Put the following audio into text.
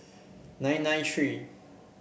nine nine three